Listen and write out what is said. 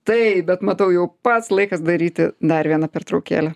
taip bet matau jau pats laikas daryti dar vieną pertraukėlę